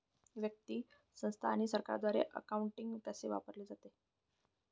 व्यक्ती, संस्था आणि सरकारद्वारे अकाउंटिंग कसे वापरले जाते